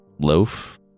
Loaf